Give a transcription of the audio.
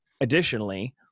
additionally